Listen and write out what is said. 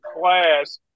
class